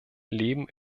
leben